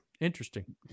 Interesting